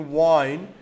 wine